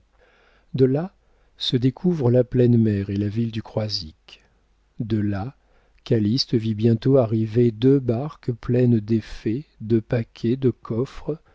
de là se découvrent la pleine mer et la ville du croisic de là calyste vit bientôt arriver deux barques pleines d'effets de paquets de coffres